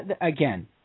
Again